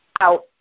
Out